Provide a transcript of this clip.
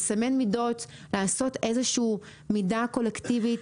לעשות איזושהי מידה קולקטיבית,